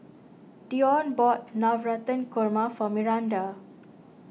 Deon bought Navratan Korma for Myranda